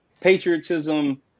patriotism